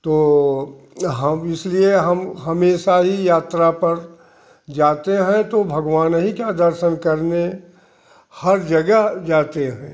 तो हम इसलिए हम हमेशा ही यात्रा पर जाते हैं तो भगवान ही का दर्शन करने हर जगह जाते हैं